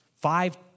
Five